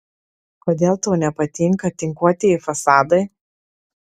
kodėl tau nepatinka tinkuotieji fasadai